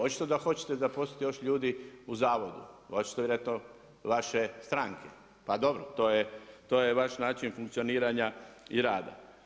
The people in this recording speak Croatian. Očito da hoćete zaposliti još ljudi u zavodu, očito vjerovatno lakše stranki, pa dobro, to je vaš način funkcioniranja i rada.